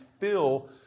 fill